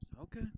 Okay